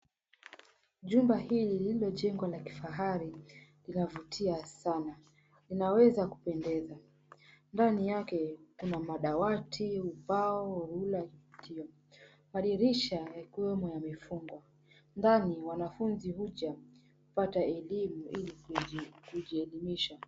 Jumba hili lilojengwa la kifahari linavutia sana linaweza kupendeza ndani yake kuna madawati ubao ule wa kuvutia madirisha yakiwemo yamefungwa ndani wanafunzi huja kupata elimu ili kujielimisha.